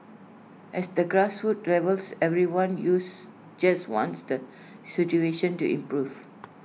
at the grassroots levels everyone use just wants the situation to improve